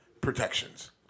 protections